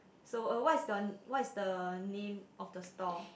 so uh what is the what is the name of the store